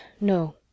no